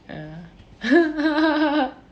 ya